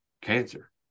cancer